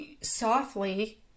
softly